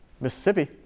Mississippi